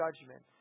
judgment